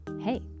Hey